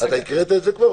תקריא את זה.